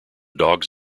dogs